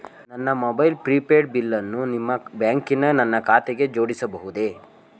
ನನ್ನ mobile prepaid ಬಿಲ್ಲನ್ನು ನಿಮ್ಮ ಬ್ಯಾಂಕಿನ ನನ್ನ ಖಾತೆಗೆ ಜೋಡಿಸಬಹುದೇ?